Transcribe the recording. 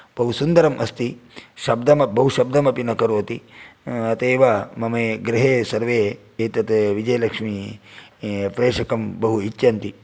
बहु सुन्दरम् अस्ति शब्दं बहु शब्दमपि न करोति अत एव मम गृहे सर्वे एतत् विजयलक्ष्मी पेषकं बहु इच्छन्ति